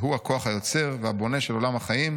שהוא הכוח היוצר והבונה של העולם והחיים,